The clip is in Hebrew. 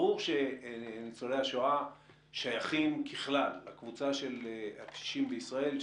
ברור שניצולי השואה שייכים ככלל לקבוצת הקשישים בישראל,